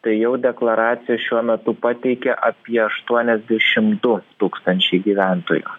tai jau deklaracijas šiuo metu pateikė apie aštuoniasdešim du tūkstančiai gyventojų